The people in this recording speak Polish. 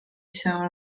się